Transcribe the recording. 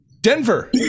denver